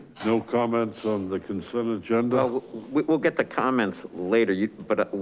no comments on the consent agenda? we'll get the comments later, yeah but